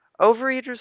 Overeaters